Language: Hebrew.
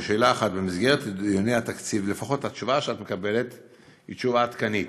לשאלה 1: לפחות התשובה שאת מקבלת היא תשובה עדכנית: